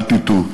אל תטעו,